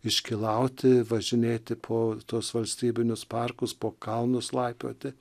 iškylauti važinėti po tuos valstybinius parkus po kalnus laipioti